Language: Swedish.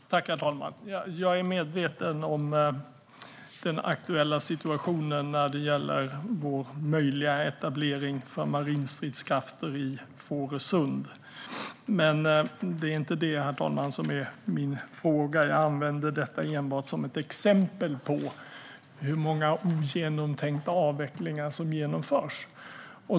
Herr talman! Jag är medveten om den aktuella situationen när det gäller vår möjliga etablering av marinstridskrafter i Fårösund, men det är inte det som är min fråga. Jag använde detta enbart som ett exempel på hur många ogenomtänkta avvecklingar som genomförs.